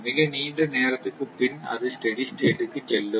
மிக நீண்ட நேரத்திற்கு பின் அது ஸ்டெடி ஸ்டேட் க்கு செல்லும்